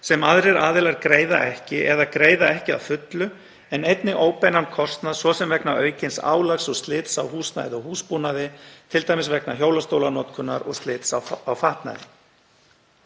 sem aðrir aðilar greiða ekki eða greiða ekki að fullu en einnig óbeinan kostnað, svo sem vegna aukins álags og slits á húsnæði og húsbúnaði, t.d. vegna hjólastólanotkunar og slits á fatnaði.